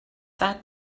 that